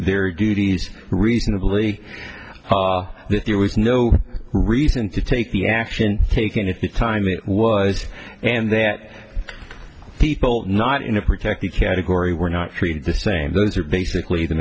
their duties reasonably that there was no reason to take the action taken at the time it was and that people not in a protect the category were not treated the same those are basically the